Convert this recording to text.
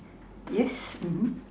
yes